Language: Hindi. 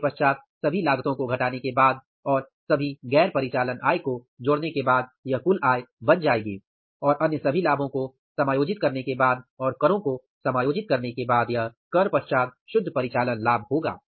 इसके पश्चात सभी लागतो को घटाने के बाद और सभी गैर परिचालन आय को जोड़ने के बाद यह कुल आय बन जाएगी और अन्य सभी लाभों को समायोजित करने के बाद और करो को समायोजित करने के बाद यह कर पश्चात शुद्ध परिचालन लाभ होगा